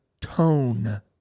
tone